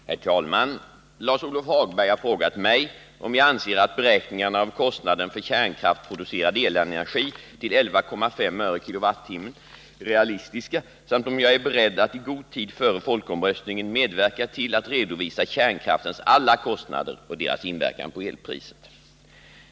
Herr talman! Lars-Ove Hagberg har frågat mig om jag anser att beräkningarna av kostnaden för kärnkraftsproducerad elenergi till 11,5 öre/kWh är realistiska samt om jag är beredd att i god tid före folkomröstningen medverka till att redovisa kärnkraftens alla kostnader och deras inverkan på elpriset.